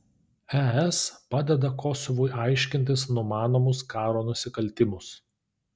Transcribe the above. es padeda kosovui aiškintis numanomus karo nusikaltimus